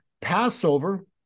Passover